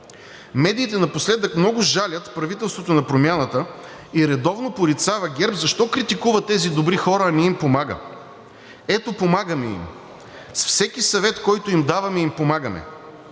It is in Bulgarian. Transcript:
Медиите напоследък много жалят правителството на промяната и редовно порицават ГЕРБ защо критикува тези добри хора, а не им помага. Ето, помагаме им, с всеки съвет, който им даваме, им помагаме.